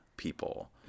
People